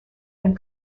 and